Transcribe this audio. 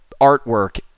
artwork